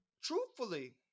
truthfully